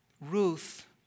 Ruth